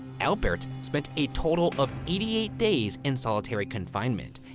albert spent a total of eighty eight days in solitary confinement.